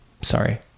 Sorry